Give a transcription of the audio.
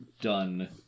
done